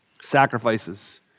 Sacrifices